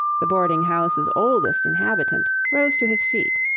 the boarding-house's oldest inhabitant, rose to his feet.